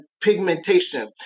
pigmentation